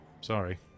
Sorry